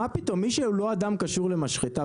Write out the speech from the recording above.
מי שהוא לא אדם קשור למשחטה,